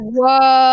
Whoa